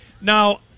Now